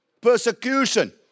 persecution